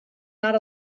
not